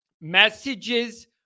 messages